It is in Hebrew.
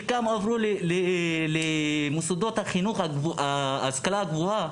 חלקם עברו למוסדות החינוך ולהשכלה הגבוהה